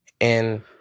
And-